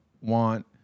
want